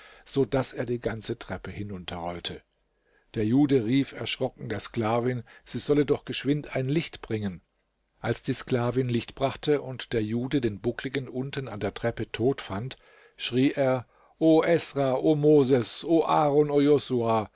so daß er die ganze treppe hinunterrollte der jude rief erschrocken der sklavin sie solle doch geschwind ein licht bringen als die sklavin licht brachte und der jude den buckligen unten an der treppe tot fand schrie er o esra o moses o